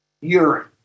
urine